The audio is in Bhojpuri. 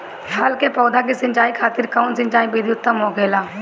फल के पौधो के सिंचाई खातिर कउन सिंचाई विधि उत्तम होखेला?